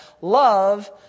Love